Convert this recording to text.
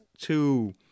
two